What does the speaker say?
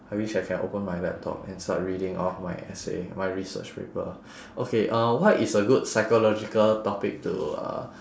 I wish I can open my laptop and start reading off my essay my research paper okay uh what is a good psychological topic to uh